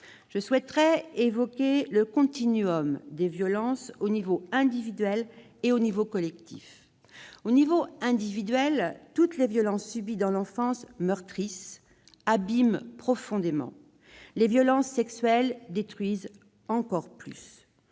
On peut évoquer un des violences au niveau individuel et au niveau collectif. Au niveau individuel, toutes les violences subies dans l'enfance meurtrissent, abîment profondément. Les violences sexuelles sont encore plus